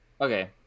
Okay